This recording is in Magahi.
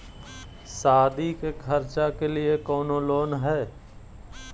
सादी के खर्चा के लिए कौनो लोन है?